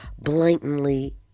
blatantly